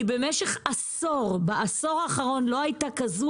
כי במשך העשור האחרון לא הייתה כזאת